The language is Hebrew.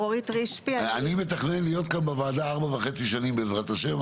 אני מתכנן להיות כאן בוועדה 4.5 שנים בעזרת השם,